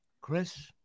Chris